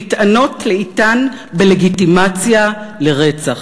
נטענות לאטן בלגיטימציה לרצח.